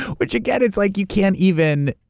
which again it's like you can't even,